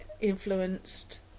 influenced